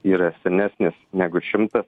yra senesnės negu šimtas